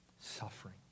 Suffering